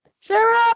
Sarah